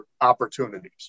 opportunities